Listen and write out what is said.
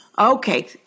Okay